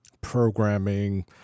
programming